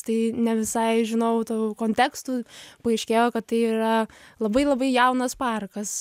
tai ne visai žinojau tų kontekstų paaiškėjo kad tai yra labai labai jaunas parkas